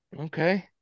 Okay